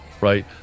right